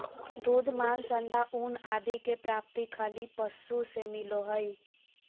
दूध, मांस, अण्डा, ऊन आदि के प्राप्ति खली पशु से मिलो हइ